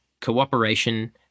cooperation